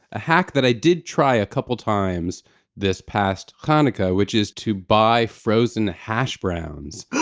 a hack that i did try a couple times this past hanukkah, which is to buy frozen hash browns.